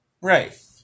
Right